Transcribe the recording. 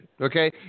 Okay